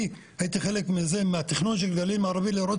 אני הייתי חלק מהתכנון של הגליל המערבי לראות